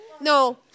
No